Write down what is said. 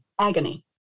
agony